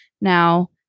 Now